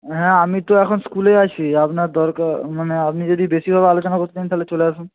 হ্যাঁ আমি তো এখন স্কুলে আছি আপনার দরকার মানে আপনি যদি বেশিভাবে আলোচনা করতে তাহলে চলে আসুন